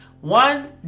One